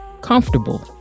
comfortable